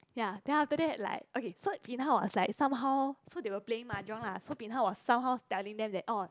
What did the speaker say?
ya then after that like okay so bin hao was like somehow so they will playing mahjong lah so bin hao was somehow telling them that oh